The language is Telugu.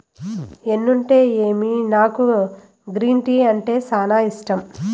ఎన్నుంటేమి నాకు గ్రీన్ టీ అంటే సానా ఇష్టం